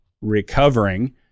recovering